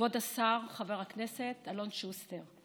כבוד השר חבר הכנסת אלון שוסטר,